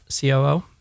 COO